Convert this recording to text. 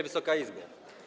Wysoka Izbo!